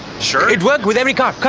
sure. it works with every car.